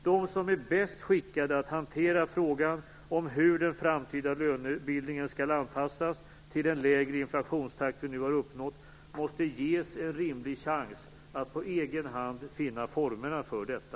De som är bäst skickade att hantera frågan om hur den framtida lönebildningen skall anpassas till den lägre inflationstakt vi nu har uppnått måste ges en rimlig chans att på egen hand finna formerna för detta.